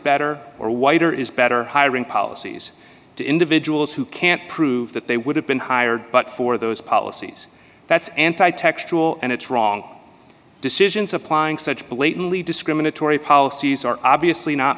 better or wider is better hiring policies to individuals who can't prove that they would have been hired but for those policies that's anti textual and it's wrong decisions applying such blatantly discriminatory policies are obviously not